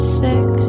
six